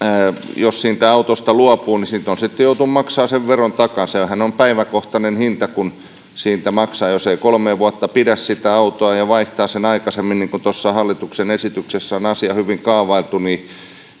jos siitä autosta luopuu niin siitä on sitten joutunut maksamaan sen veron takaisin ja sehän on päiväkohtainen hinta minkä siitä maksaa jos ei kolmea vuotta pidä sitä autoa ja vaihtaa sen aikaisemmin niin kuin tuossa hallituksen esityksessä on asia hyvin kaavailtu niin